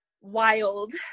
wild